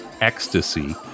ecstasy